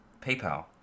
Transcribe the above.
PayPal